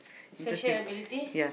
special ability